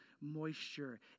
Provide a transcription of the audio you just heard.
moisture